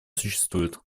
существует